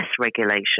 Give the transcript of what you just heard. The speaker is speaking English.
regulation